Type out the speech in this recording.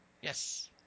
Yes